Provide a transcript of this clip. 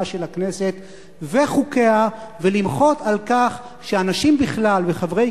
הכנסת וחוקיה ולמחות על כך שאנשים בכלל וחברי